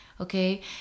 okay